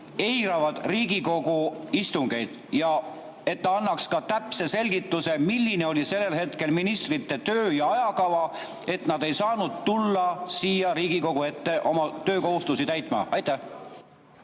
eiravad Riigikogu istungeid, ja et ta annaks ka täpse selgituse, milline oli sellel hetkel ministrite töö‑ ja ajakava, et nad ei saanud tulla siia Riigikogu ette oma töökohustusi täitma. Aitäh,